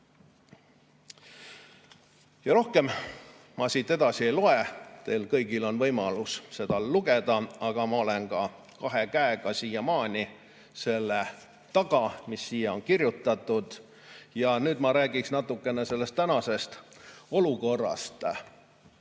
Rohkem ma siit edasi ei loe. Teil kõigil on võimalus seda lugeda, aga ma olen kahe käega siiamaani selle taga, mis siia on kirjutatud. Ja nüüd ma räägiksin natukene tänasest olukorrast.